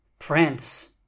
France